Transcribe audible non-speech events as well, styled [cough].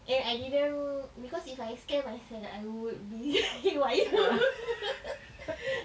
and I didn't because if I scare myself I would be [breath] haywire [laughs]